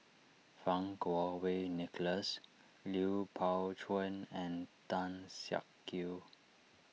Fang Kuo Wei Nicholas Lui Pao Chuen and Tan Siak Kew